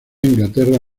inglaterra